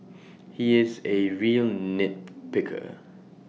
he is A real nit picker